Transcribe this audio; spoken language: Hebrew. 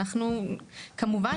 אנחנו כמובן,